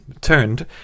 turned